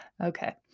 Okay